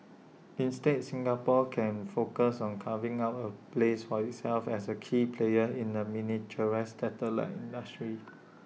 instead Singapore can focus on carving out A place for itself as A key player in the miniaturised satellite industry